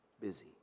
busy